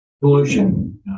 pollution